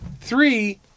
three